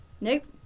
Nope